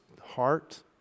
heart